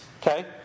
Okay